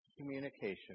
communication